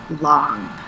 long